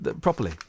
properly